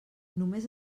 només